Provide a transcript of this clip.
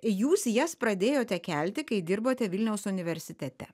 jūs jas pradėjote kelti kai dirbote vilniaus universitete